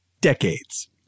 Decades